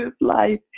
life